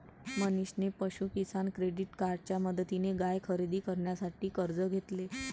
मनीषने पशु किसान क्रेडिट कार्डच्या मदतीने गाय खरेदी करण्यासाठी कर्ज घेतले